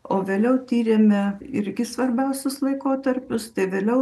o vėliau tyrėme irgi svarbiausius laikotarpius tai vėliau